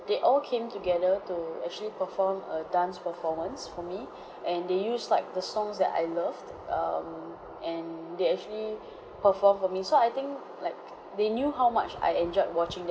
they all came together to actually perform a dance performance for me and they use like the songs that I loved um and they actually performed for me so I think like they knew how much I enjoyed watching them